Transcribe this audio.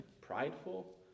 prideful